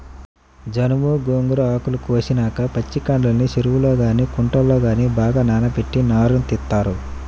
జనుము, గోంగూర ఆకులు కోసేసినాక పచ్చికాడల్ని చెరువుల్లో గానీ కుంటల్లో గానీ బాగా నానబెట్టి నారను తీత్తారు